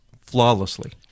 flawlessly